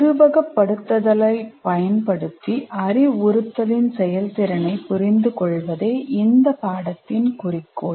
உருவகப்படுத்துதலைப் பயன்படுத்தி அறிவுறுத்தலின் செயல்திறனைப் புரிந்துகொள்வதே இந்த பாடத்தின் குறிக்கோள்